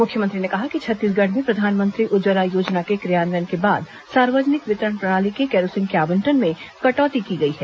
मुख्यमंत्री ने कहा कि छत्तीसगढ़ में प्रधानमंत्री उज्जवला योजना के क्रियान्वयन के बाद सार्वजनिक वितरण प्रणाली के केरोसिन के आवंटन में कटौती की गई है